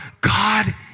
God